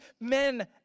men